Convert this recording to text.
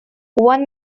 one